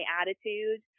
attitude